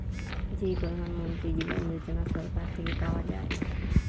যেই প্রধান মন্ত্রী জীবন যোজনা সরকার থেকে পাওয়া যায়